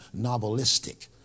novelistic